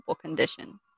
condition